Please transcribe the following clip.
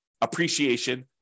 appreciation